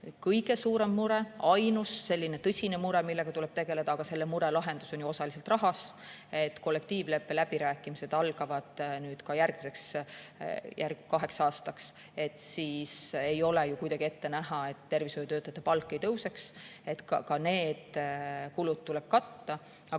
kõige suurem mure, ainus tõsine mure, millega tuleb tegeleda. Aga selle mure lahendus on osaliselt rahas. Kollektiivleppe läbirääkimised algavad ka järgmiseks kaheks aastaks. Ei ole ju kuidagi ette näha, et tervishoiutöötajate palk ei tõuseks, nii et ka need kulud tuleb katta.